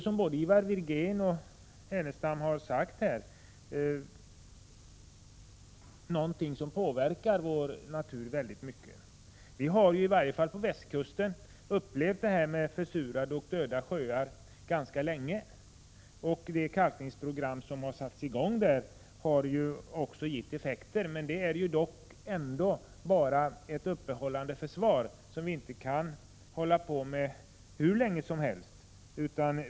Som både Ivar Virgin och Lars Ernestam har sagt påverkar försurningen vår natur i hög grad. I varje fall på västkusten har vi ganska länge haft döda eller försurade sjöar. Det kalkningsprogram som har satts i gång på västkusten har också gett effekter. En sådan åtgärd innebär emellertid bara ett uppehållande försvar som vi inte kan fortsätta med hur länge som helst.